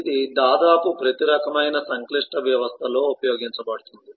ఇది దాదాపు ప్రతి రకమైన సంక్లిష్ట వ్యవస్థలో ఉపయోగించబడుతుంది